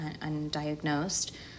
undiagnosed